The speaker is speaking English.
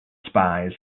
spies